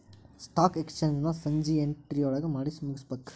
stock exchange ನ ಸಂಜಿ ಎಂಟ್ರೊಳಗಮಾಡಿಮುಗ್ಸ್ಬೇಕು